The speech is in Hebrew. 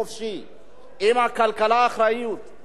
עם כלכלה אחראית, בצורה מאוזנת,